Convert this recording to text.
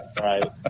right